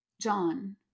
John